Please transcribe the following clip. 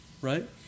Right